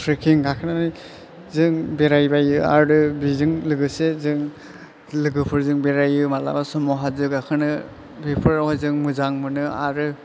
trekking गाखोनानै जों बेराय बायो आरो बिजों लोगोसे जों लोगोफोरजों बेरायो माब्लाबा समावहाय हाजो गाखोनो बेफोरावहाय जों मोजां मोनो आरो